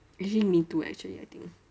actually me too eh actually I think